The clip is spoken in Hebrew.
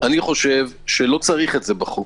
אני חושב שלא צריך את זה בחוק,